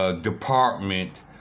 Department